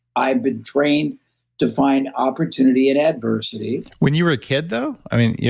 i've been trained to find opportunity at adversity. when you were a kid though? i mean, yeah